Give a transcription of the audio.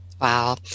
Wow